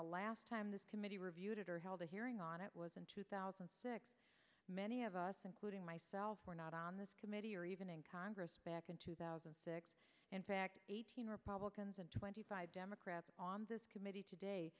the last time this committee reviewed it or held a hearing on it was in two thousand and six many of us including myself were not on this committee or even in congress back in two thousand and six in fact eighteen republicans and twenty five democrats on this committee today